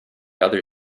other